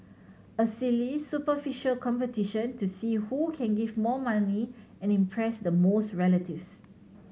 a silly superficial competition to see who can give more money and impress the most relatives